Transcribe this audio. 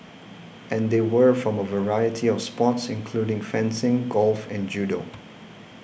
and they were from a variety of sports including fencing golf and judo